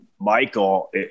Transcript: Michael